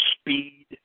speed